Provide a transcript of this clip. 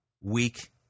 weak